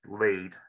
lead